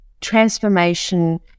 transformation